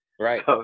Right